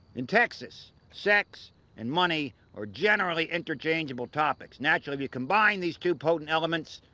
in texas, sex and money are generally interchangeable topics. naturally, if you combine these two potent elements,